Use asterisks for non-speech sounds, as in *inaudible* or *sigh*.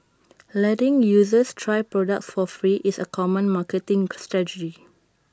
letting users try products for free is A common marketing *unintelligible* strategy